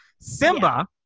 Simba